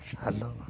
hello